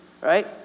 right